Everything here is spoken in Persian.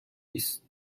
است